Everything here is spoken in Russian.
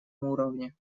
уровне